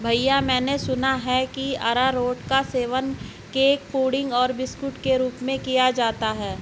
भैया मैंने सुना है कि अरारोट का सेवन केक पुडिंग और बिस्कुट के रूप में किया जाता है